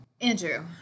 Andrew